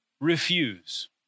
refuse